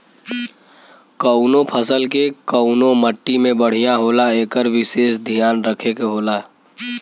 कउनो फसल के कउने मट्टी में बढ़िया होला एकर विसेस धियान रखे के होला